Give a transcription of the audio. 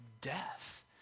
death